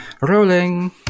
rolling